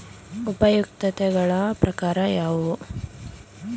ಉಪಯುಕ್ತತೆಗಳ ಪ್ರಕಾರಗಳು ಯಾವುವು?